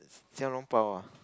Xiao-Long-Bao ah